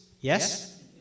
Yes